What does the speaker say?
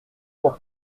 pour